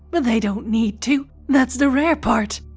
but they don't need to! that's the rare part!